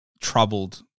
troubled